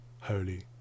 Holy